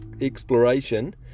exploration